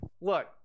look